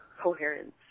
coherence